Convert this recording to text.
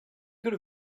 could